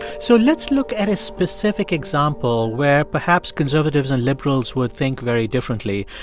so let's look at a specific example where perhaps conservatives and liberals will think very differently.